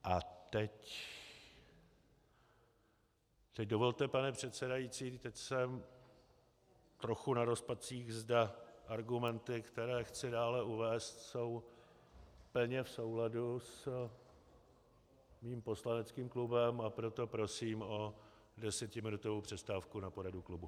A teď dovolte, pane předsedající, teď jsem trochu na rozpacích, zda argumenty, které chci dále uvést, jsou plně v souladu s mým poslaneckým klubem, a proto prosím o desetiminutovou přestávku na poradu klubu.